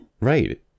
Right